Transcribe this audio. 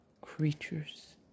creatures